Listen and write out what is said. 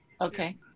Okay